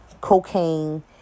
Cocaine